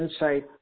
insight